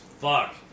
fuck